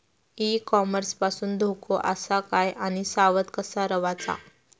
E commerce पासून धोको आसा काय आणि सावध कसा रवाचा?